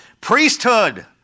priesthood